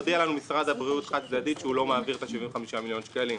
הודיע לנו משרד הבריאות חד-צדדית שהוא לא מעביר 75 מיליון שקלים.